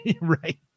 right